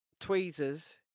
tweezers